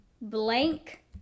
blank